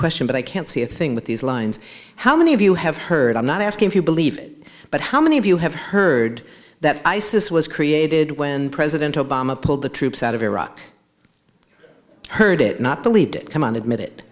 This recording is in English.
question but i can't see a thing with these lines how many of you have heard i'm not asking if you believe it but how many of you have heard that isis was created when president obama pulled the troops out of iraq heard it not believed it come on admit